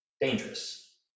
dangerous